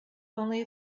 only